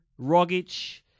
Rogic